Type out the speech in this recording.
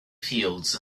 fields